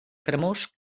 cremós